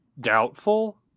doubtful